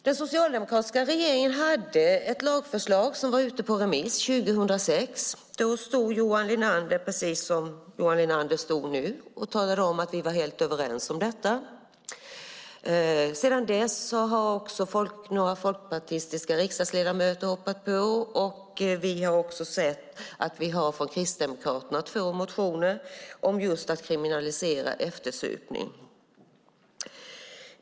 Den socialdemokratiska regeringen hade ett lagförslag som var ute på remiss 2006. Då sade Johan Linander, på samma sätt som han gör nu, att vi var helt överens om detta. Sedan dess har även några folkpartistiska riksdagsledamöter hoppat på förslaget, och vi har också två motioner från Kristdemokraterna om att kriminalisera eftersupning.